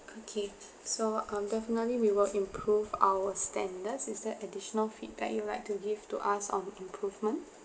okay so um definitely we will improve our standards is there additional feedback you like to give to us on improvement